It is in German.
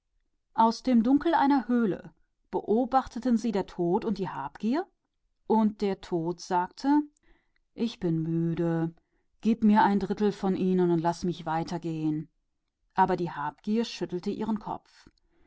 aus dem düster einer höhle sahen ihnen der tod und die habsucht zu und der tod sagte ich bin müde gib mir den dritten teil von ihnen und laß mich gehen aber die habsucht schüttelte den kopf